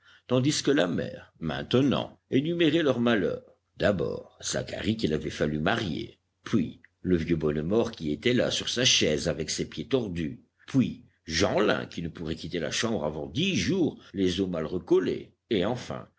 tandis que la mère maintenant énumérait leurs malheurs d'abord zacharie qu'il avait fallu marier puis le vieux bonnemort qui était là sur sa chaise avec ses pieds tordus puis jeanlin qui ne pourrait quitter la chambre avant dix jours les os mal recollés et enfin